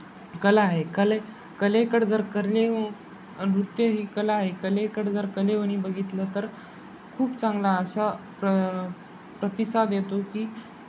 कला आहे कले कलेकडे जर करलेव नृत्य ही कला आहे कलेकडे जर कलेवानी बघितलं तर खूप चांगला असा प्र प्रतिसाद येतो की